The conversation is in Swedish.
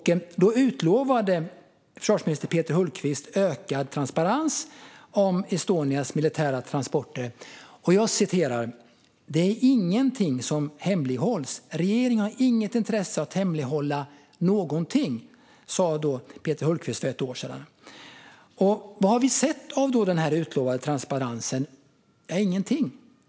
Då utlovade försvarsminister Peter Hultqvist ökad transparens om Estonias militära transporter. Han sa för ett år sedan att ingenting hemlighålls och att regeringen inte har något intresse av att hemlighålla någonting. Vad har vi sett av den utlovade transparensen? Ingenting.